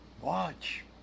Watch